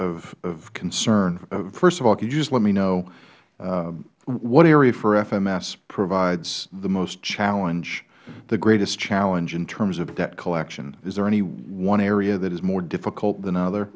areas of concern first of all could you just let me know what area for fms provides the most challenge the greatest challenge in terms of debt collection is there any one area that is more difficult than another